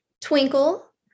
twinkle